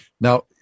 Now